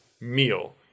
meal